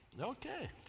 Okay